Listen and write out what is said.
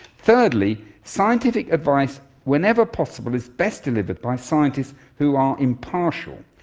thirdly, scientific advice, whenever possible, is best delivered by scientists who are impartial,